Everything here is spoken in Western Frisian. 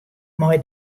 mei